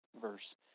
verse